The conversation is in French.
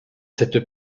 cette